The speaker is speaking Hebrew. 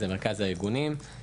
זה מרכז הארגונים,